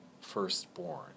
firstborn